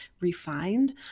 refined